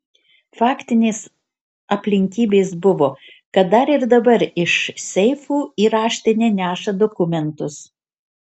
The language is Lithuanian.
faktinės aplinkybės buvo kad dar ir dabar iš seifų į raštinę neša dokumentus